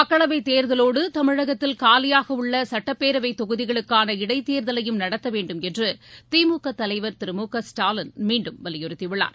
மக்களவைத் தேர்தலோடு தமிழகத்தில் காலியாக உள்ள சட்டப்பேரவைத் தொகுதிகளுக்கான இடைத் தேர்தலையும் நடத்த வேண்டும் என்று திமுக தலைவர் திரு மு க ஸ்டாலின் மீண்டும் வலியுறுத்தியுள்ளார்